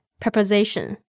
preposition